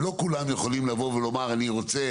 ולא כולן יכולים לבוא ולומר: אני רוצה